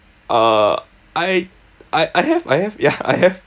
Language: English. uh I I I have I have ya I have